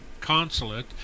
consulate